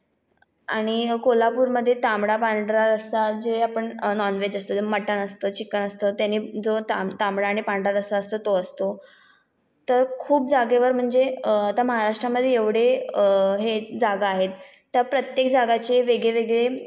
आणि कोल्हापूरमध्ये तांबडा पांढरा रस्सा जे आपण नॉनव्हेज असतं ज्यात मटण असतं चिकन असतं त्यानी जो तांब तांबडा आणि पांढरा रस्सा असतो तो असतो तर खूप जागेवर म्हणजे आता महाराष्ट्रामध्ये एवढे हे आहेत जागा आहेत त्या प्रत्येक जागाचे वेगळेवेगळे